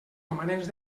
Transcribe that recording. romanents